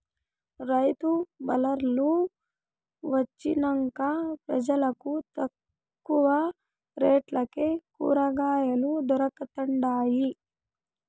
రైతు బళార్లు వొచ్చినంక పెజలకు తక్కువ రేట్లకే కూరకాయలు దొరకతండాయి